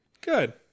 Good